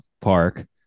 park